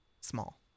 small